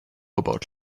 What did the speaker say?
about